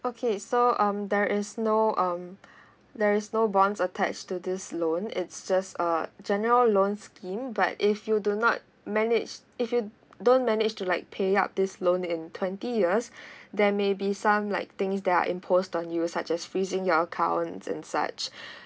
okay so um there is no um there is no bond attached to this loan it's just a general loan scheme but if you do not manage if you don't manage to like pay up this loan in twenty years there may be some like things that are imposed on you such as freezing your account and such